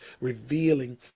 revealing